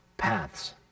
paths